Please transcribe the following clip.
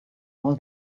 all